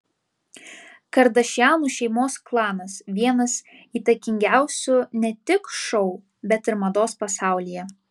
kardašianų šeimos klanas vienas įtakingiausių ne tik šou bet ir mados pasaulyje